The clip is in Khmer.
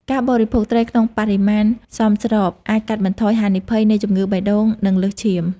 ការបរិភោគត្រីក្នុងបរិមាណសមស្របអាចកាត់បន្ថយ ហានិភ័យ នៃជំងឺបេះដូង និងលើសឈាម។